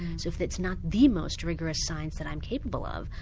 so if it's not the most rigorous science that i'm capable of,